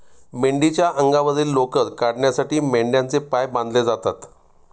मेंढीच्या अंगावरील लोकर काढण्यासाठी मेंढ्यांचे पाय बांधले जातात